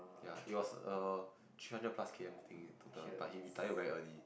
ya it was a three hundred plus K_M thing in total but he retired very early